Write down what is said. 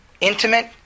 intimate